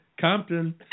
Compton